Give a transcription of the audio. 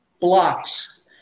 blocks